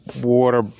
water